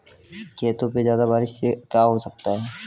खेतों पे ज्यादा बारिश से क्या हो सकता है?